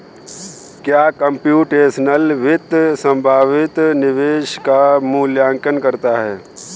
क्या कंप्यूटेशनल वित्त संभावित निवेश का मूल्यांकन करता है?